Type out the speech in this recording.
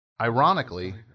ironically